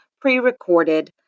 pre-recorded